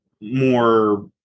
more